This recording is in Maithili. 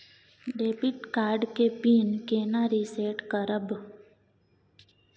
डेबिट कार्ड के पिन केना रिसेट करब?